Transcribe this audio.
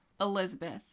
elizabeth